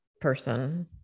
person